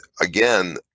again